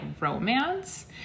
romance